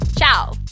Ciao